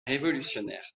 révolutionnaire